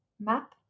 map